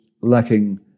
lacking